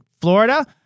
Florida –